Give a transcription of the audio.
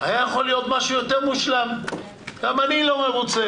היה יכול להיות משהו יותר מושלם, גם אני לא מרוצה.